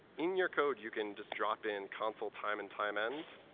in your code, you can just drop in console time and time end.